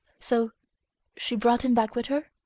so she brought him back with her?